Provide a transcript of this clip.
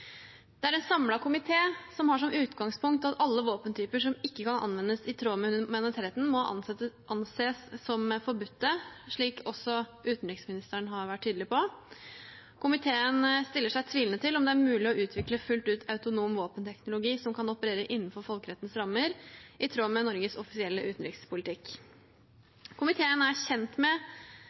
Det er en samlet komité som har som utgangspunkt at alle våpentyper som ikke kan anvendes i tråd med humanitærretten, må anses som forbudte, slik også utenriksministeren har vært tydelig på. Komiteen stiller seg tvilende til om det er mulig å utvikle fullt ut autonom våpenteknologi som kan operere innenfor folkerettens rammer, i tråd med Norges offisielle utenrikspolitikk. Komiteen er kjent med